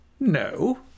No